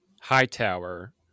Hightower